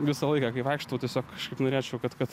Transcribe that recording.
visą laiką kai vaikštau tiesiog kažkaip norėčiau kad kad